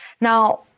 Now